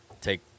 take